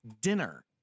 dinner